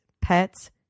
pets